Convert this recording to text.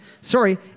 sorry